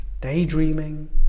daydreaming